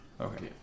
Okay